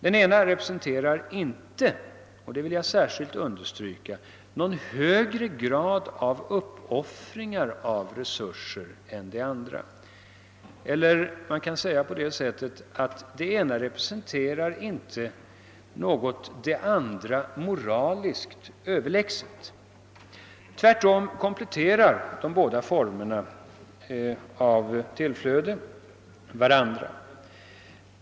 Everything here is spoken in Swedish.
Den ena representerar inte — och det vill jag särskilt understryka — någon högre grad av uppoffringar av resurser än den andra, eller man kan säga att det ena representerar inte något det andra moraliskt överlägset. Tvärtom kompletterar de båda formerna av tillflöde varandra.